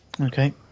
Okay